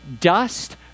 dust